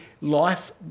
life